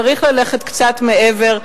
צריך ללכת קצת מעבר.